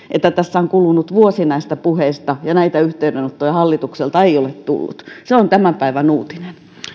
että tässä on kulunut vuosi näistä puheista ja näitä yhteydenottoja hallitukselta ei ole tullut se on tämän päivän uutinen